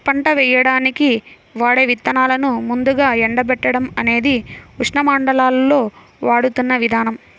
పంట వేయడానికి వాడే విత్తనాలను ముందుగా ఎండబెట్టడం అనేది ఉష్ణమండలాల్లో వాడుతున్న విధానం